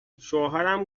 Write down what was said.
شوهرم